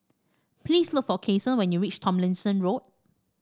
please look for Kasen when you reach Tomlinson Road